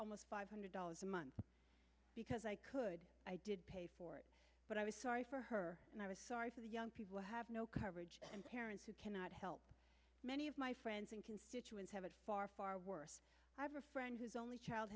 almost five hundred dollars a month because i could i did pay for it but i was sorry for her and i was sorry for the young people who have no coverage and parents who cannot help many of my friends and constituents have a far far worse friend whose only child